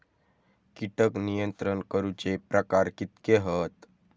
कीटक नियंत्रण करूचे प्रकार कितके हत?